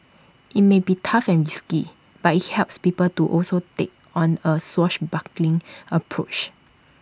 IT may be tough and risky but IT helps people to also take on A swashbuckling approach